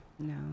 no